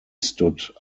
stood